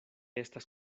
estas